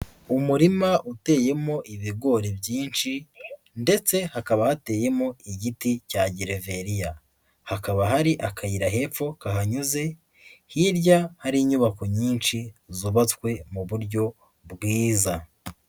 Umurima uteyemo ibigori byinshi ndetse hakaba hateyemo igiti cya gereveriya, hakaba hari akayira hepfo kahanyuze, hirya hari inyubako nyinshi zubatswe mu buryo bwiza.